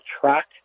track